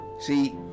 See